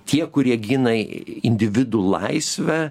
tie kurie gina individų laisvę